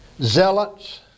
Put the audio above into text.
zealots